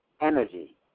energy